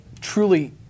truly